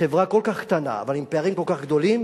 חברה כל כך קטנה אבל עם פערים כל כך גדולים,